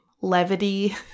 levity